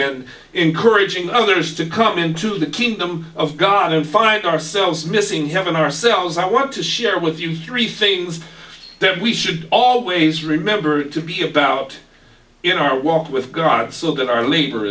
then encouraging others to come into the kingdom of god and find ourselves missing heaven ourselves i want to share with you three things then we should always remember to be about in our walk with god so that our labor